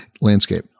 landscape